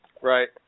Right